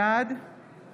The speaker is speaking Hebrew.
בעד